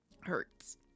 hurts